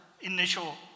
initial